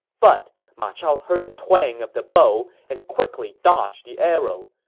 but ma chao heard the twang of the bow and quickly dodged the arrow.